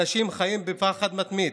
אנשים חיים בפחד מתמיד,